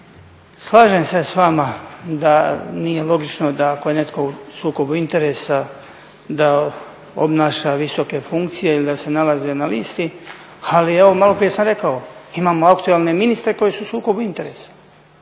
slažem se s vama da nije logično da ako je netko u sukobu interesa da obnaša visoke funkcije ili da se nalazi na listi, ali evo, maloprije sam rekao, imamo aktualne ministre koji su u sukobu interesa.